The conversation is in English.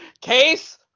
Case